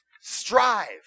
strive